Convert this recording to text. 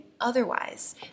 otherwise